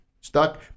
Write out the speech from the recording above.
Stuck